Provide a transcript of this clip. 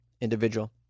individual